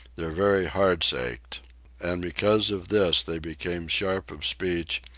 their very hearts ached and because of this they became sharp of speech,